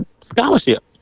scholarship